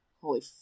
holy